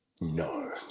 No